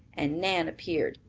and nan appeared.